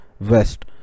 West